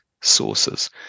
sources